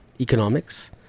economics